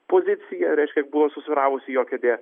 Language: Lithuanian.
pozicija reiškia buvo susvyravusi jo kėdė